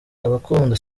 abakunda